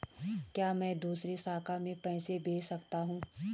क्या मैं दूसरी शाखा में पैसे भेज सकता हूँ?